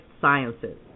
Sciences